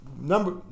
number